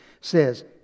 says